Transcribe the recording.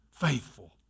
faithful